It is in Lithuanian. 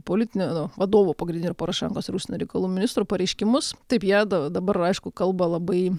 politinio vadovo pagrindinių porošenkos ir užsienio reikalų ministrų pareiškimus taip jiedu dabar aišku kalba labai